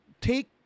take